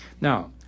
Now